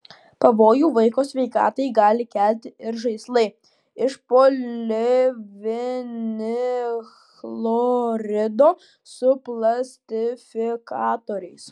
pavojų vaiko sveikatai gali kelti ir žaislai iš polivinilchlorido su plastifikatoriais